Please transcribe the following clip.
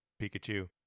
Pikachu